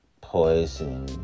poison